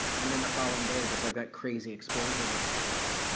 and then the following day, just like that crazy explosion took place, and,